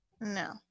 No